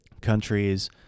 countries